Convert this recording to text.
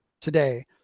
today